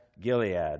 Gilead